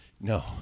No